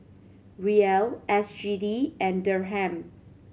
Riel S G D and Dirham